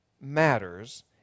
matters